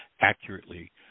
accurately